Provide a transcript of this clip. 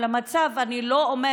עד שהגענו למצב,